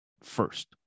first